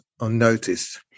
unnoticed